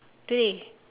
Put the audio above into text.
today